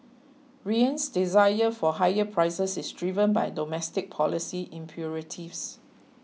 Riyadh's desire for higher prices is driven by domestic policy imperatives